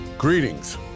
Greetings